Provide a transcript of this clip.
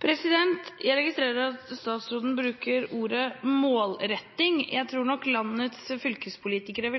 Jeg registrerer at statsråden bruker ordet «målretting». Jeg tror nok landets fylkespolitikere